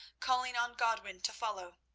calling on godwin to follow.